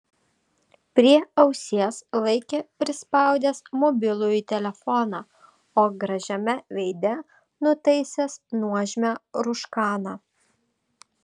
prie ausies laikė prispaudęs mobilųjį telefoną o gražiame veide nutaisęs nuožmią rūškaną